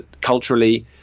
culturally